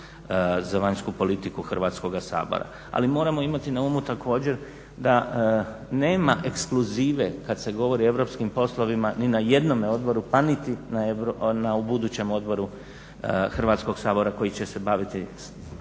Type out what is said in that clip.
za vanjsku politiku Hrvatskoga sabora. Ali moramo imati na umu također da nema ekskluzive kad se govori o europskim poslovima ni na jednome odboru pa niti na budućem odboru Hrvatskoga sabora koji će se baviti